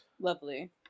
Lovely